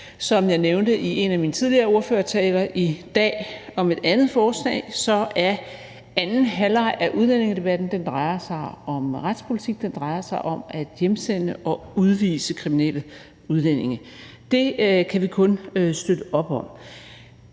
Som jeg nævnte i en af mine tidligere ordførertaler i dag om et andet forslag, drejer anden halvleg af udlændingedebatten sig om retspolitik; den drejer sig om at hjemsende og udvise kriminelle udlændinge. Det kan vi kun støtte op om.